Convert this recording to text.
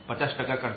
50 ટકા કરતાં